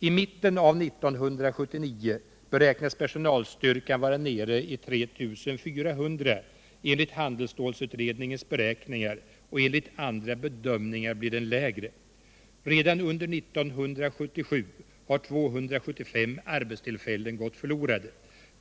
I mitten av 1979 beräknas personalstyrkan vara nere i 3400 enligt handelsstålsutredningens beräkningar, och enligt andra beräkningar blir den lägre. Redan under 1977 har 275 arbetstillfällen gått förlorade.